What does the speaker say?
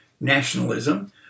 nationalism